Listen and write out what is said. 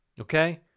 okay